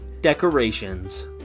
Decorations